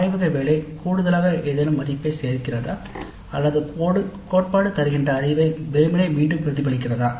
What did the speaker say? ஆய்வக வேலை கூடுதலாக ஏதேனும் மதிப்பை சேர்கிறதா அல்லது கோட்பாடு தருகின்ற அறிவை வெறுமனே மீண்டும் பிரதிபலிக்கிறதா